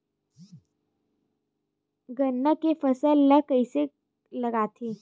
गन्ना के फसल ल कइसे लगाथे?